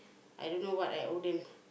I don't know what I owe them